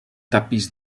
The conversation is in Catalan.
tapís